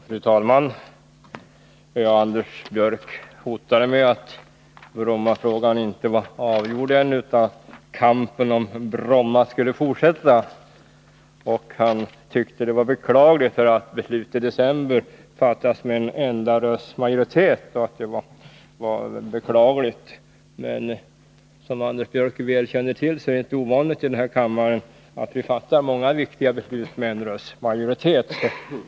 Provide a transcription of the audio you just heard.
Fru talman! Anders Björck hotade med att Brommafrågan inte var avgjord än utan att kampen om Bromma skulle fortsätta. Han tyckte det var beklagligt att beslutet i december fattades med en enda rösts majoritet. Men som Anders Björck väl känner till fattar vi i den här kammaren många viktiga beslut med en rösts majoritet.